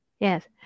Yes